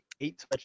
eight